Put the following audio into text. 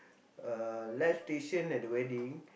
uh live station at the wedding